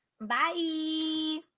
bye